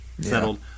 settled